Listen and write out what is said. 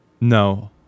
No